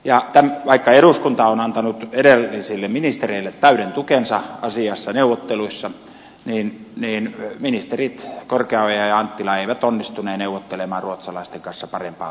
ja vaikka eduskunta on antanut edellisille ministereille täyden tukensa asiassa neuvotteluissa niin ministerit korkeaoja ja anttila eivät onnistuneet neuvottelemaan ruotsalaisen kanssa parempaa lohisopimusta